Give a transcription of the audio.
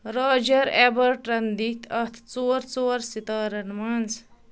Roger اٮ۪بَرٹَن دِتۍ اَتھ ژور ژور سِتارن منٛز